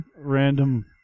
random